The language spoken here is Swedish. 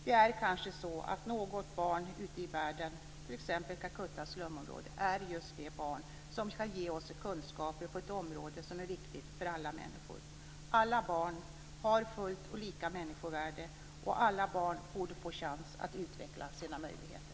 Det är kanske så att något barn ute i världen, t.ex. i Calcuttas slumområde, är just det barn som ska ge oss kunskaper på ett område som är viktigt för alla människor. Alla barn har fullt och lika människovärde, och alla barn borde få chans att utveckla sina möjligheter.